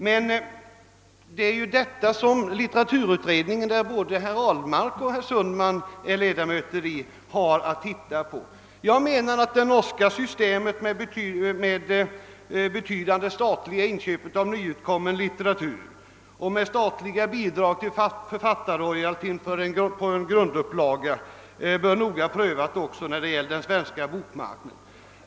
Men det är detta som litteraturutredningen — där både herr Ahlmark och herr Sundman är ledamöter — har att titta på. Jag menar att det norska systemet med betydande statliga inköp av nyutkommen litteratur och med statliga bidrag till författarroyalty på en grundupplaga bör noga prövas också när det gäller den svenska bokmarknaden.